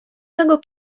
tego